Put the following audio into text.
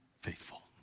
faithful